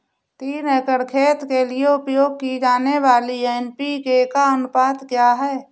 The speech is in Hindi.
तीन एकड़ खेत के लिए उपयोग की जाने वाली एन.पी.के का अनुपात क्या है?